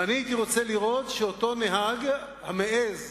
ואני הייתי רוצה לראות שאותו נהג המעז